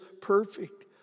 perfect